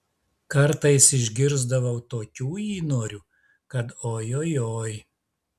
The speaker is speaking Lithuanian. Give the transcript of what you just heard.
kartais išgirsdavau tokių įnorių kad oi oi oi